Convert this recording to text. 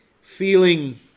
feeling